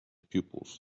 pupils